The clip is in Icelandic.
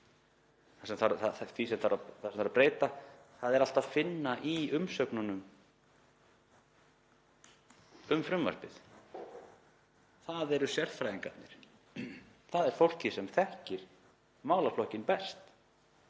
að breyta allt að finna í umsögnunum um frumvarpið. Það eru sérfræðingarnir, það er fólkið sem þekkir málaflokkinn best.